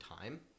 time